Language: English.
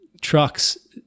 trucks